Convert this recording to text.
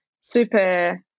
super